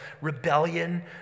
rebellion